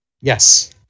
Yes